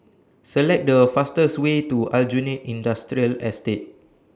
Select The fastest Way to Aljunied Industrial Estate